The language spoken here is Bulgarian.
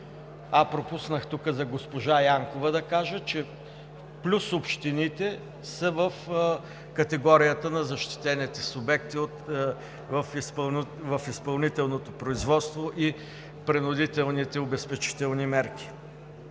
а пропуснах тук за госпожа Янкова да кажа, че плюс общините, са в категорията на защитените субекти в изпълнителното производство и принудителните обезпечителни мерки.